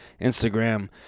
Instagram